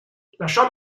lasciò